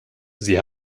sie